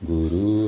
Guru